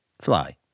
fly